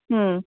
ಹ್ಞೂ